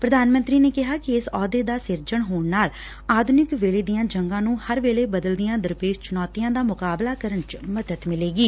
ਪੁਧਾਨ ਮੰਤਰੀ ਨੇ ਕਿਹੈ ਕਿ ਇਸ ਅਹੁਦੇ ਦਾ ਸਿਰਜਣ ਹੋਣ ਨਾਲ ਆਧੁਨਿਕ ਵੇਲੇ ਦੀਆਂ ਜੰਗਾਂ ਨੂੰ ਹਰ ਵੇਲੇ ਬਦਲਦੀਆਂ ਦਰਪੇਸ਼ ਚੁਣੌਤੀਆਂ ਦਾ ਮੁਕਾਬਲਾ ਕਰਨ ਚ ਮਦਦ ਮਿਲੇਗੀ